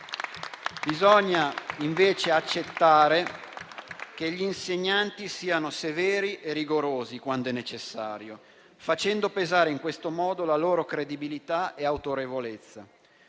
Bisogna invece accettare che gli insegnanti siano severi e rigorosi quando è necessario, facendo pesare in questo modo la loro credibilità e autorevolezza.